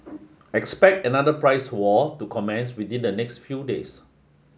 expect another price war to commence within the next few days